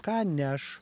ką neš